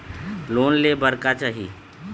Loan ले बार का चाही?